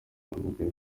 yahamagaye